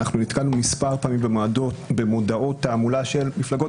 נתקלנו במספר פעמים במודעות תעמולה של מפלגות